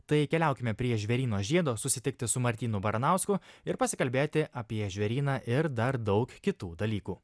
tai keliaukime prie žvėryno žiedo susitikti su martynu baranausku ir pasikalbėti apie žvėryną ir dar daug kitų dalykų